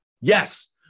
Yes